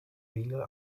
brýle